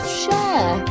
share